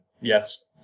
yes